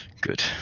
Good